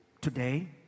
Today